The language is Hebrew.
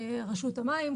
רשות המים,